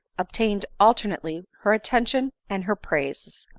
obtained alternately her attention and her praises.